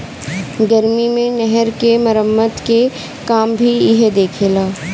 गर्मी मे नहर क मरम्मत के काम भी इहे देखेला